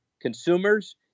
Consumers